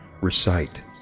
recite